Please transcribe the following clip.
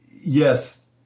yes